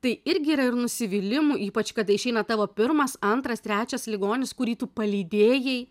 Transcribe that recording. tai irgi yra ir nusivylimų ypač kada išeina tavo pirmas antras trečias ligonis kurį tu palydėjai